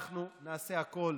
אנחנו נעשה הכול